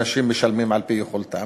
אנשים משלמים על-פי יכולתם.